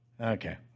Okay